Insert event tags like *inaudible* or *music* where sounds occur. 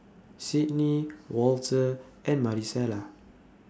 *noise* Cydney Walter and Marisela